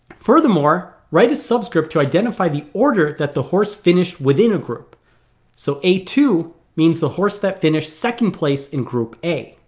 furthermore, write a subscript to identify the order that the horse finished within a group so a two means the horse that finished second place in group a